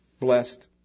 blessed